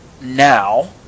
now